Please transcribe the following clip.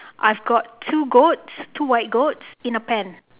I have got two goats two white goats in a pen